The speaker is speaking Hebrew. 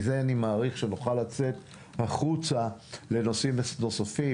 אני מעריך שנוכל מזה לצאת החוצה לנושאים נוספים.